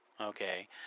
Okay